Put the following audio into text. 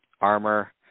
armor